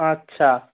আচ্ছা